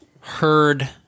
heard